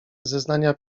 zeznania